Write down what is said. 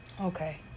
Okay